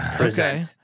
Okay